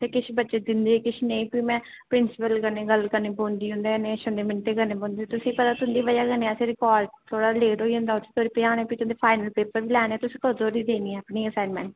ते किश बच्चे दिंदे किश नेईं फ्ही मै प्रिंसिपल कन्नै गल्ल करनी पौंदी उं'दे कन्नै शंदे मिन्नते करनी पौंदे तुसें पता तुं'दी बजह कन्नै असें रिकार्ड थोह्ड़ा लेट होई जंदा उत्थे तगर पजाने फेर तुं'दे फाइनल पेपर बी लैने तुसें कदूं धोड़ी देनी ऐ अपनी एह् असाइनमेंट